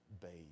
bathed